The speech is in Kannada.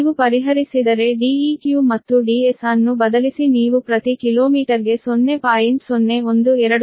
ನೀವು ಪರಿಹರಿಸಿದರೆ Deq ಮತ್ತು Ds ಅನ್ನು ಬದಲಿಸಿ ನೀವು ಪ್ರತಿ ಕಿಲೋಮೀಟರ್ಗೆ 0